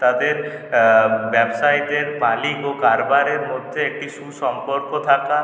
তাদের ব্যবসায়ীদের মালিক ও কারবারের মধ্যে একটি সুসম্পর্ক থাকা